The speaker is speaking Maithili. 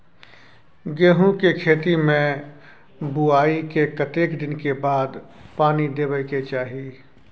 गेहूँ के खेती मे बुआई के कतेक दिन के बाद पानी देबै के चाही?